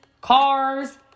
cars